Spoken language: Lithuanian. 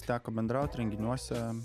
teko bendraut renginiuose